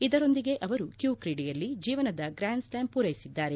ಇದರೊಂದಿಗೆ ಅವರು ಕ್ಯೂ ಕ್ರೀಡೆಯಲ್ಲಿ ಜೀವನದ ಗ್ರ್ಯನ್ಸ್ಲ್ಯಾಮ್ ಪೂರೈಸಿದ್ದಾರೆ